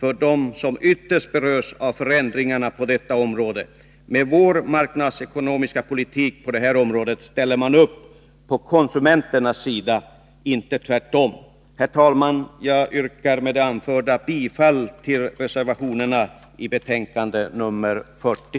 för dem som ytterst berörs av förändringarna på detta område. Med vår marknadsekonomiska politik ställer man upp på konsumenternas sida, inte tvärtom. Herr talman! Jag yrkar med det anförda bifall till reservationerna i betänkande nr 40.